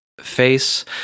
face